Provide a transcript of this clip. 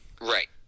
right